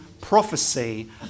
prophecy